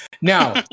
now